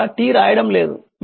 ఇక్కడ t రాయడం లేదు